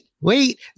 wait